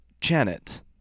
Janet